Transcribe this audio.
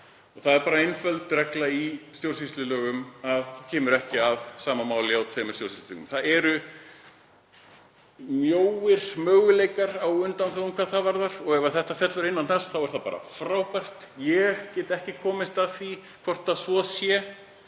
Það er bara einföld regla í stjórnsýslulögum að þú kemur ekki að sama máli á tveimur stjórnsýslustigum og mjóir möguleikar á undanþágum hvað það varðar. Ef þetta fellur innan þess er það bara frábært. Ég get ekki komist að því hvort svo sé,